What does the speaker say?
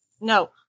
No